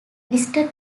listed